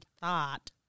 thought